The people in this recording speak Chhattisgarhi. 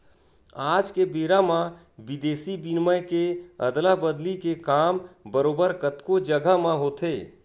आज के बेरा म बिदेसी बिनिमय के अदला बदली के काम बरोबर कतको जघा म होथे